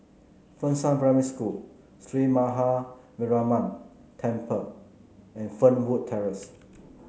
Fengshan Primary School Sree Maha Mariamman Temple and Fernwood Terrace